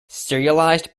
serialized